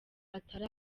atari